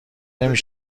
نمی